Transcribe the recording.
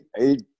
eight